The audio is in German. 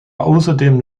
außerdem